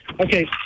Okay